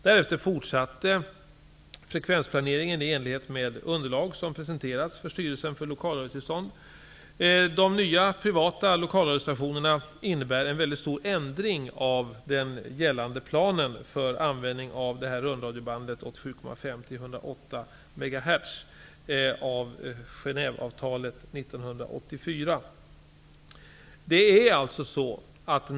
Därefter fortsatte frekvensplaneringen i enlighet med underlag som presenterats för Styrelsen för lokalradiotillstånd. De nya, privata lokalradiostationerna innebär en väldigt stor ändring av den gällande planen för användning av rundradiobandet 87,5--108 megahertz av Genèveavtalet 1984.